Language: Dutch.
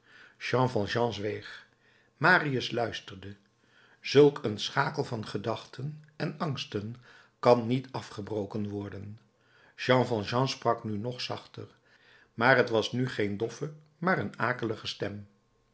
jean valjean zweeg marius luisterde zulk een schakel van gedachten en angsten kan niet afgebroken worden jean valjean sprak nu nog zachter maar t was nu geen doffe maar een akelige stem